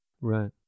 Right